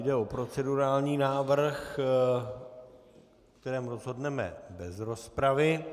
Jde o procedurální návrh, o kterém rozhodneme bez rozpravy.